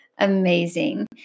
amazing